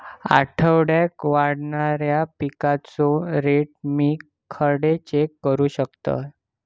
आठवड्याक वाढणारो पिकांचो रेट मी खडे चेक करू शकतय?